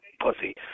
pussy